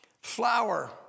Flour